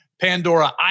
Pandora